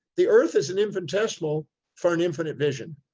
the earth is an infintesimal for an infinite vision.